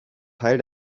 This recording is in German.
teil